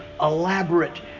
elaborate